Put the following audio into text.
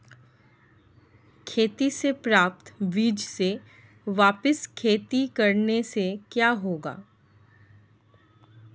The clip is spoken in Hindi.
खेती से प्राप्त बीज से वापिस खेती करने से क्या होगा?